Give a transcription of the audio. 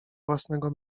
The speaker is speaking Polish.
własnego